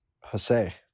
Jose